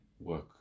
work